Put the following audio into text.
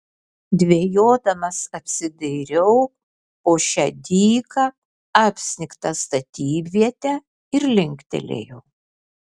dvejodamas apsidairiau po šią dyką apsnigtą statybvietę ir linktelėjau